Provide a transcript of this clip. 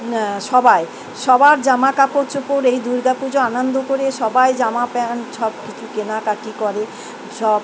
সবাই সবার জামাকাপড় চোপড় এই দুর্গা পুজো আনন্দ করে সবাই জামা প্যান্ট সব কিছু কেনাকাটা করে সব